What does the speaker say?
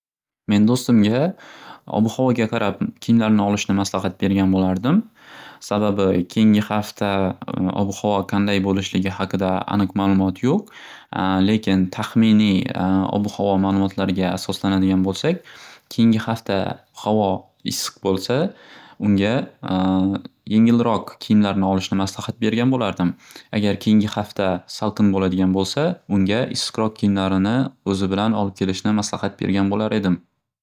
Men do'stimga ob havoga qarab kiyimlarini olishni maslahat bergan bo'lardim. Sababi keyingi hafta ob havo qanday bo'lishligi haqida aniq ma'lumot yo'q lekin taxminiy ob havo ma'lumotlariga asoslanadigan bo'lsak keyingi hafta havo issiq bo'lsa unga yengilroq kiyimlarni olishni maslahat bergan bo'lardim. Agar keyingi hafta salqin bo'ladigan bo'lsa unga issiqroq kiyimlarni o'zi bilan olib kelishni maslahat bergan bo'lar edim.